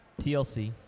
TLC